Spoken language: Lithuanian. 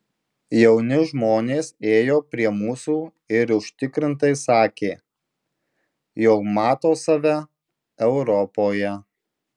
jauni žmonės ėjo prie mūsų ir užtikrintai sakė jog mato save europoje